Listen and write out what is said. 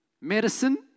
medicine